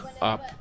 up